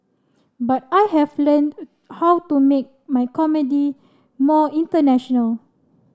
but I have learned how to make my comedy more international